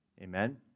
Amen